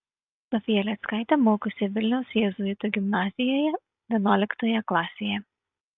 sofija lėckaitė mokosi vilniaus jėzuitų gimnazijoje vienuoliktoje klasėje